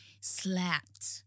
slapped